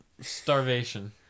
Starvation